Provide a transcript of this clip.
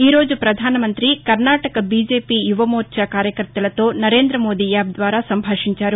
ఈరోజు ప్రధానమంతి కర్నాటక బీజెపి యువమోర్చ కార్యకర్తలతో నరేందమోదీ యాప్ ద్వారా సంభాషించారు